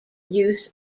use